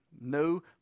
No